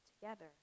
together